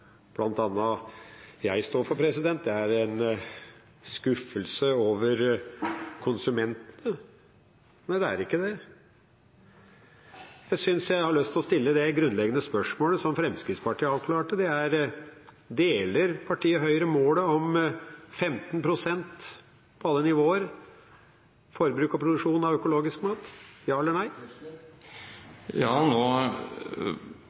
bl.a. jeg står for, er en skuffelse over konsumentene. Nei, det er ikke det. Jeg har lyst til å stille det grunnleggende spørsmålet som Fremskrittspartiet avklarte: Deler partiet Høyre målet om 15 pst. på alle nivåer, forbruk og produksjon av økologisk mat? Ja, eller nei? Ja, nå